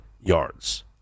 yards